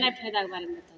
नहि फैदाके बारेमे